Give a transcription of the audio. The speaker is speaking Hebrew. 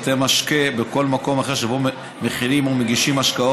בתי משקה וכל מקום אחר שבו מכינים או מגישים מאכלים